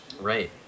Right